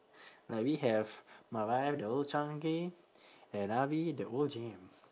like we have my wife the old chang kee and i'll be the old gem